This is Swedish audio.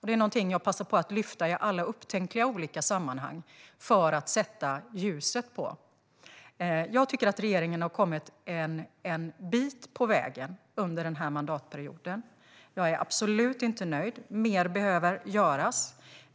Det är någonting jag vill sätta ljuset på och som jag passar på att lyfta i alla upptänkliga sammanhang. Jag tycker att regeringen har kommit en bit på vägen under denna mandatperiod. Jag är absolut inte nöjd. Mer behöver göras.